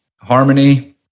Harmony